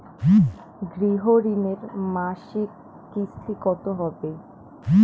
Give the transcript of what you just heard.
গৃহ ঋণের মাসিক কিস্তি কত হবে?